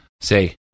say